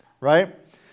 right